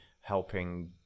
helping